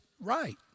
right